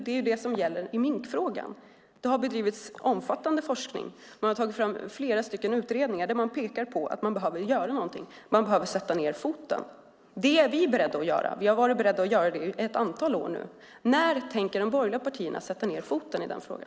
Det gäller i minkfrågan. Det har bedrivits omfattande forskning, och man har tagit fram flera utredningar som pekar på att något behöver göras. Man behöver sätta ned foten. Vi har varit beredda att göra det i ett antal år. När tänker de borgerliga partierna sätta ned foten i denna fråga?